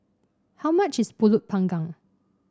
how much is pulut panggang